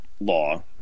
law